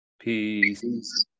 Peace